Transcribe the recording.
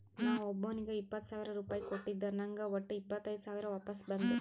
ನಾ ಒಬ್ಬೋನಿಗ್ ಇಪ್ಪತ್ ಸಾವಿರ ರುಪಾಯಿ ಕೊಟ್ಟಿದ ನಂಗ್ ವಟ್ಟ ಇಪ್ಪತೈದ್ ಸಾವಿರ ವಾಪಸ್ ಬಂದು